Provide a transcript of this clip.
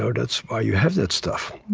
so that's why you have that stuff.